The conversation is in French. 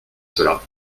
cela